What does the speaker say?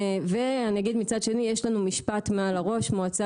ואני אגיד מצד שני שיש לנו משפט מעל הראש: מועצה